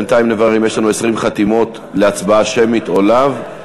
בינתיים נברר אם יש לנו 20 חתימות להצבעה שמית או לאו.